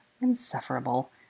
Insufferable